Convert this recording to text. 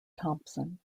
thompson